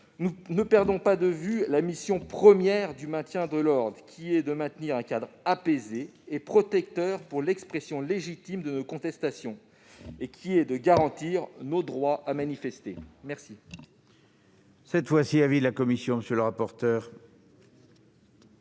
Ne perdons pas de vue la mission première du maintien de l'ordre : assurer un cadre apaisé et protecteur pour l'expression légitime de contestations et garantir nos droits à manifester. Je